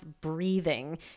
breathing